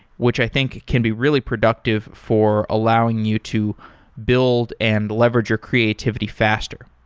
which i think can be really productive for allowing you to build and leverage your creativity faster.